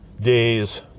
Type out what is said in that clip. days